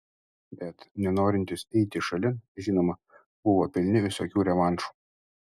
bet nenorintys eiti šalin žinoma buvo pilni visokių revanšų